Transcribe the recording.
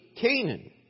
Canaan